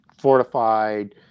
fortified